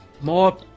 More